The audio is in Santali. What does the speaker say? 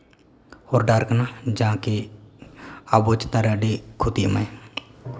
ᱦᱚᱨ ᱰᱟᱦᱟᱨ ᱠᱟᱱᱟ ᱡᱟᱦᱟᱸ ᱠᱤ ᱟᱵᱚ ᱪᱮᱛᱟᱱ ᱨᱮ ᱟᱹᱰᱤ ᱠᱷᱚᱛᱤ ᱮᱢᱟᱭ